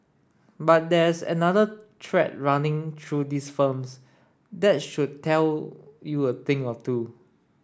but there's another thread running through these firms that should tell you a thing or two